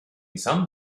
some